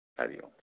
हरिः ओम्